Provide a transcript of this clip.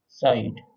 side